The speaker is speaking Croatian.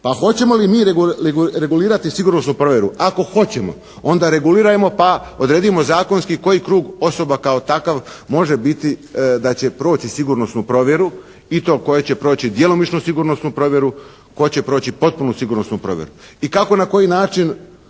Pa hoćemo li mi regulirati sigurnosnu provjeru? Ako hoćemo onda regulirajmo pa odredimo zakonski koji krug osoba kao takav može biti da će proći sigurnosnu provjeru i to koje će proći djelomično sigurnosnu provjeru, tko će proći potpunu sigurnosnu provjeru i kako, na koji način